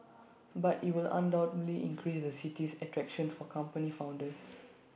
but IT will undoubtedly increase the city's attraction for company founders